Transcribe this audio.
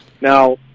Now